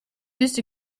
used